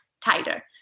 tighter